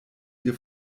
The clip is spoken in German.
ihr